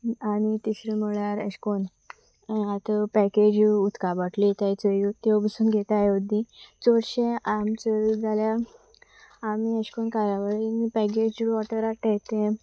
आनी तिसरें म्हळ्यार अेशेंकोन्न आतां पॅकेज उदका बाटल्यो हाडताय चोयो त्यो बसून घेताय अदी चडशें आम चोयलें जाल्यार आमी अेश कोन्न कार्यावळीन पॅकेज वॉटर हाडटाय तें